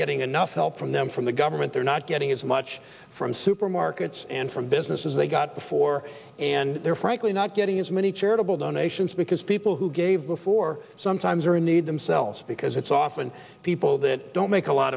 getting enough help from them from the government they're not getting as much from supermarkets and from business because they got before and they're frankly not getting as many charitable donations because people who gave before sometimes are in need themselves because it's often people that don't make a lot